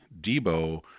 Debo